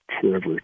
forever